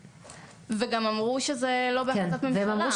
וגם אמרו שזה לא בהחלטת ממשלה.